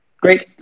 Great